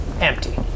empty